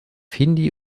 hindi